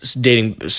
dating